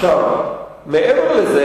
מעבר לזה,